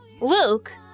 Luke